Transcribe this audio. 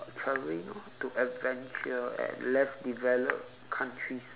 traveling orh to adventure at less develop countries